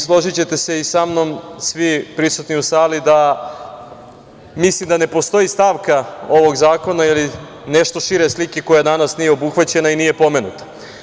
Složićete se sa mnom svi prisutni u sali da mislim da ne postoji stavka ovog zakona ili nešto šire slike koja danas nije obuhvaćena i nije pomenuta.